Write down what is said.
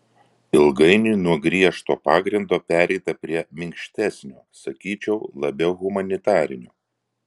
ilgainiui nuo griežto pagrindo pereita prie minkštesnio sakyčiau labiau humanitarinio